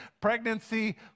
Pregnancy